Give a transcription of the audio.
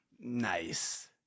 Nice